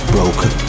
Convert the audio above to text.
Broken